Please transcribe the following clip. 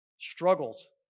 struggles